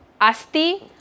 Asti